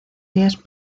días